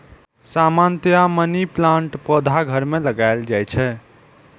सामान्यतया मनी प्लांटक पौधा घर मे लगाएल जाइ छै